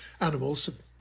animals